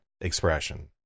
expression